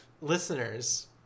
Listeners